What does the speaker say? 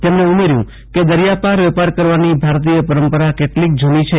તેમણે ઉમેર્યુ કે દરિયાપાર વેપાર કરવાની ભારતીય પરંપરા કેટલી જુની છે